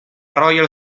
royal